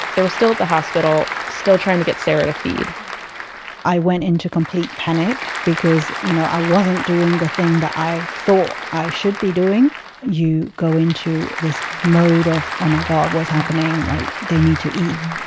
they were still at the hospital, still trying to get sarah to feed i went into complete panic because you know i wasn't doing the thing that i thought i should be doing you go into this mode of oh my god, what is happening. like they need to eat'